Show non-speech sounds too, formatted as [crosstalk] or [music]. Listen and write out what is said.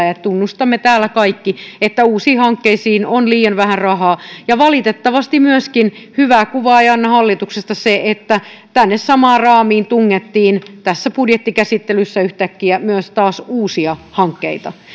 [unintelligible] ja tunnustamme täällä kaikki että uusiin hankkeisiin on liian vähän rahaa valitettavasti hyvää kuvaa ei anna hallituksesta myöskään se että tänne samaan raamiin tungettiin tässä budjettikäsittelyssä yhtäkkiä myös taas uusia hankkeita